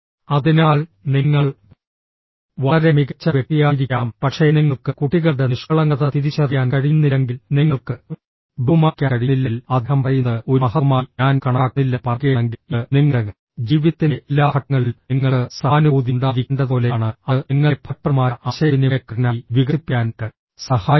അതിനാൽ നിങ്ങൾ വളരെ മികച്ച വ്യക്തിയായിരിക്കാം പക്ഷേ നിങ്ങൾക്ക് കുട്ടികളുടെ നിഷ്കളങ്കത തിരിച്ചറിയാൻ കഴിയുന്നില്ലെങ്കിൽ നിങ്ങൾക്ക് ബഹുമാനിക്കാൻ കഴിയുന്നില്ലെങ്കിൽ അദ്ദേഹം പറയുന്നത് ഒരു മഹത്വമായി ഞാൻ കണക്കാക്കുന്നില്ലെന്ന് പറയുകയാണെങ്കിൽ ഇത് നിങ്ങളുടെ ജീവിതത്തിന്റെ എല്ലാ ഘട്ടങ്ങളിലും നിങ്ങൾക്ക് സഹാനുഭൂതി ഉണ്ടായിരിക്കേണ്ടതുപോലെയാണ് അത് നിങ്ങളെ ഫലപ്രദമായ ആശയവിനിമയക്കാരനായി വികസിപ്പിക്കാൻ സഹായിക്കും